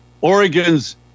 Oregon's